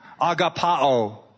agapao